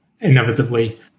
inevitably